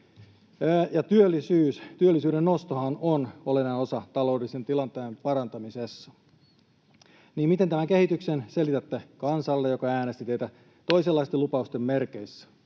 työllisyyden nostohan on olennainen osa taloudellisen tilanteen parantamisessa. Niin miten tämän kehityksen selitätte kansalle, joka äänesti teitä toisenlaisten lupausten merkeissä,